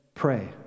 Pray